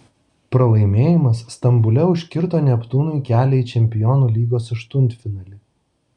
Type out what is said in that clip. pralaimėjimas stambule užkirto neptūnui kelią į čempionų lygos aštuntfinalį